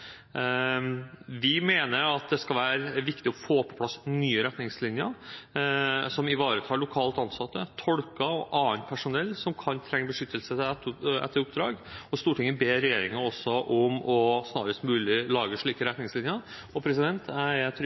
Vi mener at det er viktig å få på plass nye retningslinjer som ivaretar lokalt ansatte, tolker og annet personell, som trenger beskyttelse etter oppdrag, og Stortinget ber regjeringen også om snarest mulig å lage slike retningslinjer.